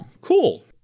Cool